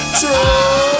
true